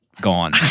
gone